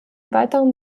weiteren